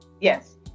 Yes